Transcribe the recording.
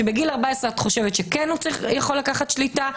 כשבגיל 14 את חושבת שכן הוא יכול לקחת שליטה,